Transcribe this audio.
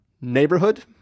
neighborhood